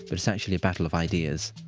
but it's actually a battle of ideas